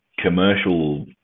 commercial